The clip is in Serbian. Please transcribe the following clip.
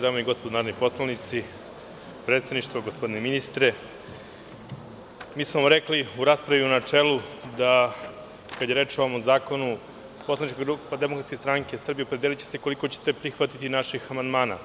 Dame i gospodo narodni poslanici, predsedništvo, gospodine ministre, mi smo rekli u raspravi u načelu da, kada je reč o ovom zakonu, poslanička grupa DSS opredeliće se koliko ćete prihvatiti naših amandmana.